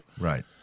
Right